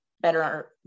better